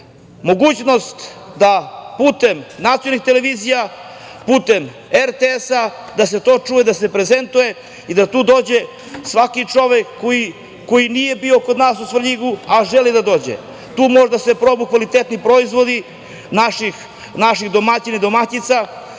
Mogućnost da putem nacionalnih televizija, putem RTS-a, da se to čuje, da se to prezentuje i da tu dođe svaki čovek koji nije bio kod nas u Svrljigu, a želi da dođe. Tu mogu da se probaju kvalitetni proizvodi naših domaćina i domaćica,